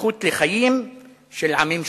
הזכות לחיים של עמים שלמים.